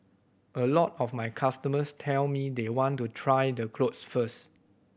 a lot of my customers tell me they want to try the clothes first